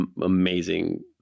amazing